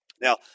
Now